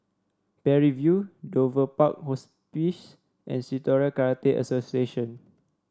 Parry View Dover Park Hospice and Shitoryu Karate Association